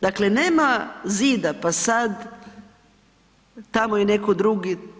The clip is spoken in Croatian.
Dakle nema zida pa sada, tamo je neko drugi.